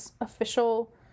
official